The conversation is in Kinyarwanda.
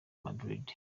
madrid